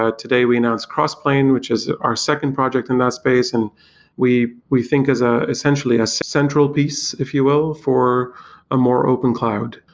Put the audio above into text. today we announced crossplane, which is our second project in that space, and we we think as ah essentially a central piece, if you will, for a more open cloud.